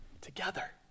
together